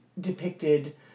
depicted